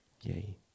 yay